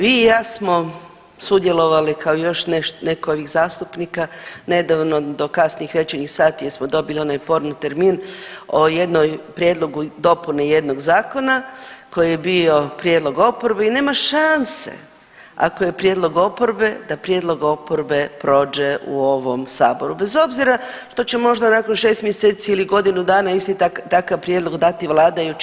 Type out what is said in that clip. Vi i ja smo sudjelovale kao još nekoliko zastupnika nedavno do kasnih večernjih sati jer smo dobili onaj porni termin o jednoj prijedlogu i dopuni jednog zakona koji je bio prijedlog oporbe i nema šanse ako je prijedlog oporbe da prijedlog oporbe prođe u ovom saboru bez obzira što će možda nakon 6 mjeseci ili godinu dana isti takav prijedlog dati vladajući